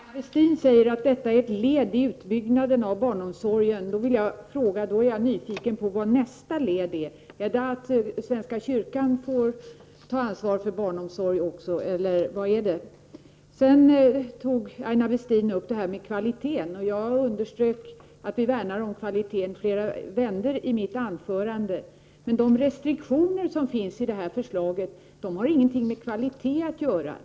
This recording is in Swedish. Herr talman! Aina Westin säger att detta är ett led i utbyggnaden av barnomsorgen. Då är jag nyfiken på vad nästa led är. Är det att också svenska kyrkan får ta ansvar för barnomsorgen eller vad är det? Aina Westin tog upp frågan om kvaliteten. Jag underströk flera gånger i mitt anförande att vi värnar om kvaliteten. De restriktioner som finns i detta förslag har ingenting att göra med kvaliteten.